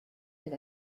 mais